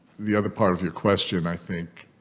the other part of your question i think